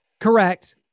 correct